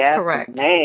correct